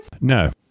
no